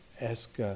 Ask